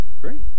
great